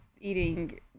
eating